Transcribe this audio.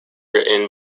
written